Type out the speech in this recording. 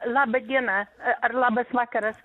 laba diena ar labas vakaras